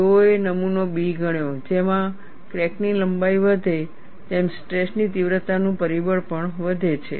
તેઓએ નમૂનો B ગણ્યો જેમાં ક્રેક ની લંબાઈ વધે તેમ સ્ટ્રેસ ની તીવ્રતાનું પરિબળ પણ વધે છે